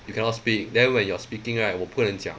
you cannot speak then when you are speaking right 我不能讲